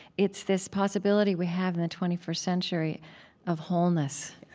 it's this possibility we have in the twenty first century of wholeness,